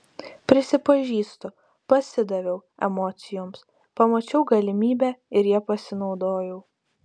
prisipažįstu pasidaviau emocijoms pamačiau galimybę ir ja pasinaudojau